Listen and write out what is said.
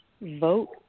vote